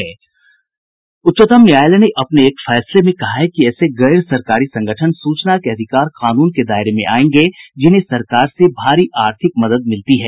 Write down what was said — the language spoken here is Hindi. उच्चतम न्यायालय ने अपने एक फैसले में कहा है कि ऐसे गैर सरकारी संगठन सूचना के अधिकार कानून के दायरे में आयेंगे जिन्हें सरकार से भारी आर्थिक मदद मिलती है